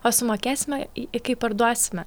o sumokėsime į kai parduosime